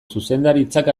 zuzendaritzak